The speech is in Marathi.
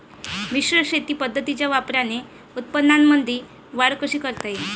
मिश्र शेती पद्धतीच्या वापराने उत्पन्नामंदी वाढ कशी करता येईन?